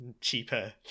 cheaper